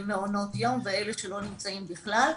במעונות יום ואלה שלא נמצאים בכלל,